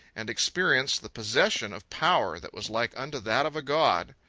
and experienced the possession of power that was like unto that of a god.